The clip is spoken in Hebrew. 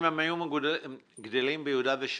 אם הם היו גדלים ביהודה ושומרון,